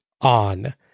on